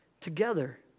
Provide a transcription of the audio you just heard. together